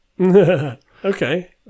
Okay